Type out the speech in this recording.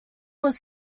was